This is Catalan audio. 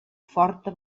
forta